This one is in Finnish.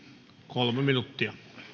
kolme minuuttia